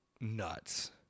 nuts